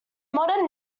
modern